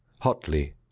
hotly